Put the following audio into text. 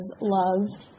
love